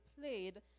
played